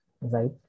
right